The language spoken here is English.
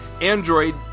Android